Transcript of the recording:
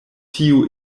tiu